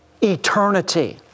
eternity